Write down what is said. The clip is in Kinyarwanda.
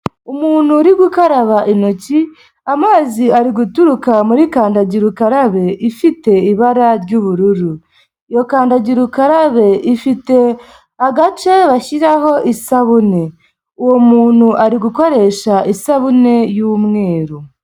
Umuntu uri gukaraba intoki, amazi ari guturuka muri kandagira ukarabe ifite ibara ry'ubururu. Iyo kandagira ukarabe ifite agace bashyiraho isabune. Uwo muntu ari gukoresha isabune y'umweru.